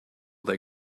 they